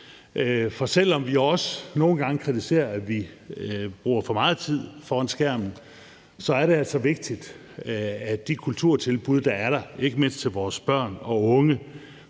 For selv om vi også nogle gange kritiserer, at vi bruger for meget tid foran skærmen, så er det altså vigtigt, at de kulturtilbud, der er der, ikke mindst til vores børn og unge,